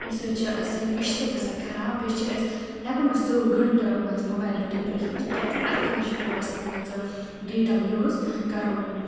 اَمہِ سۭتۍ چھِ سٲنۍ أچھِ تہِ گژھان خراب بیٚیہِ چھِنہٕ أسۍ ہٮ۪کو نہٕ أسۍ ژۄوُہ گٲنٛٹہٕ مان ژٕ موبایِل رٔٹِتھ بِرنٛہہ کِنۍ کیٛازِ اَتھ خٲطرٕ چھِ پٮ۪وان اَسہِ تھی مان ژٕ ڈیٹا یوٗز کَرُن